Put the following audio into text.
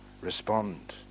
respond